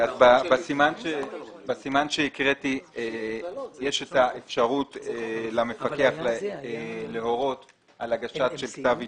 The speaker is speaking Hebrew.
בסימן שהקראתי יש את האפשרות למפקח להורות על הגשת כתב התחייבות.